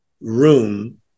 room